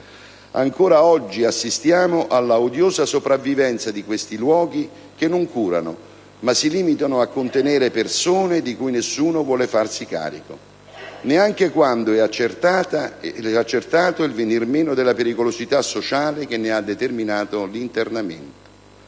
Ancora oggi assistiamo alla odiosa sopravvivenza di questi luoghi che non curano, ma si limitano a contenere persone di cui nessuno vuole farsi carico, neanche quando è accertato il venir meno della pericolosità sociale che ne ha determinato l'internamento.